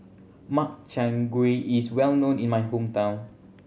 Makchang Gui is well known in my hometown